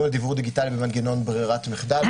על דיוור דיגיטלי במנגנון ברירת מחדל,